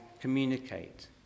communicate